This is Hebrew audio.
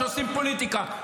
שעושים פוליטיקה.